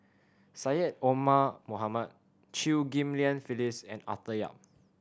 Syed Omar Mohamed Chew Ghim Lian Phyllis and Arthur Yap